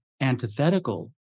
antithetical